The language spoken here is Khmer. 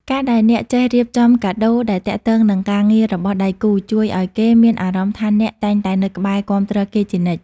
ការដែលអ្នកចេះរៀបចំកាដូដែលទាក់ទងនឹងការងាររបស់ដៃគូ ជួយឱ្យគេមានអារម្មណ៍ថាអ្នកតែងតែនៅក្បែរគាំទ្រគេជានិច្ច។